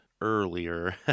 earlier